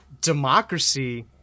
democracy